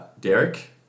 Derek